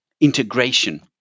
integration